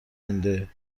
مونده